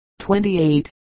28